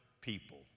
people